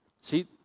See